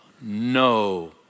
no